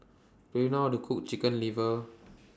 Do YOU know How to Cook Chicken Liver